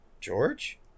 George